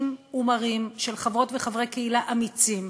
ומרים של חברות וחברי קהילה אמיצים,